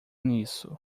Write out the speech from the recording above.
nisso